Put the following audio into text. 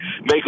make